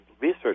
research